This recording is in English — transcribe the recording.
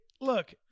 Look